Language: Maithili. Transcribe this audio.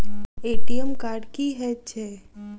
ए.टी.एम कार्ड की हएत छै?